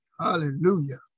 Hallelujah